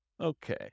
Okay